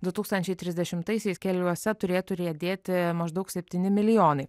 du tūkstančiai trisdešimtaisiais keliuose turėtų riedėti maždaug septyni milijonai